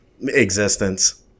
existence